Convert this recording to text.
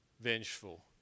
vengeful